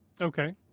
Okay